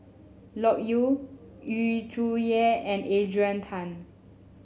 Loke Yew Yu Zhuye and Adrian Tan